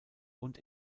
und